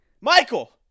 Michael